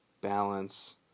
balance